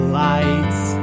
lights